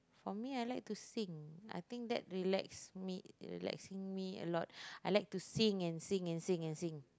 for me I like to sing I think that relax me relax me a lot I like to sing and sing and sing and sing